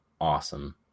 awesome